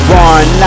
one